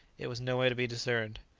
it was nowhere to be discerned.